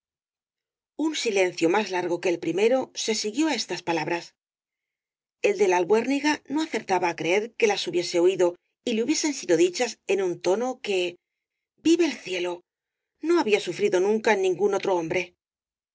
un silencio más largo que el primero se siguió á estas palabras el de la albuérniga no acertaba á creer que las hubiese oído y le hubiesen sido dichas en un tono que vive el cielo no había sufrido nunca en ningún otro hombre